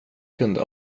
kunde